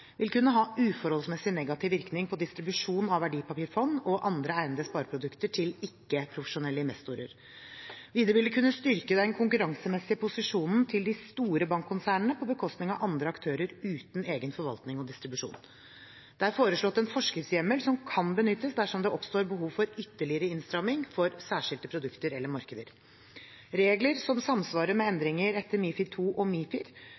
vil kunne ha uforholdsmessig negativ virkning på distribusjon av verdipapirfond og andre egnede spareprodukter til ikke-profesjonelle investorer. Videre vil det kunne styrke den konkurransemessige posisjonen til de store bankkonsernene på bekostning av andre aktører uten egen forvaltning og distribusjon. Det er foreslått en forskriftshjemmel som kan benyttes dersom det oppstår behov for ytterligere innstramming for særskilte produkter eller markeder. Regler som samsvarer med endringer etter MiFID II eller MiFIR,